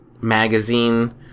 magazine